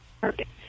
Perfect